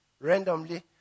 randomly